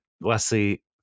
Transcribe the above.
leslie